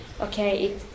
okay